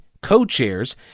co-chairs